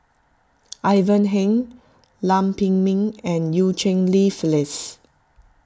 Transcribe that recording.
Ivan Heng Lam Pin Min and Eu Cheng Li Phyllis